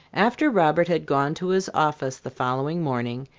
after robert had gone to his office the following morning,